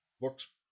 books